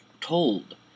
Told